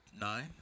Nine